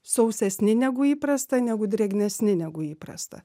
sausesni negu įprasta negu drėgnesni negu įprasta